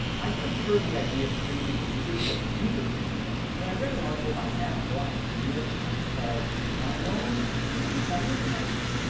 i first heard of the idea of creating a leadership user's manual when i read an article by adam bryant in the new york times called, want to know me? just read my user manual.